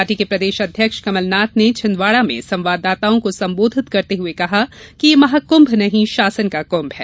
party के प्रदेश अध्यक्ष कमलनाथ ने छिंदवाड़ा में संवाददाताओं को संबोधित करते हुए कहा कि ये महाक्म्म नहीं शासन का कुंभ है